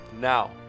Now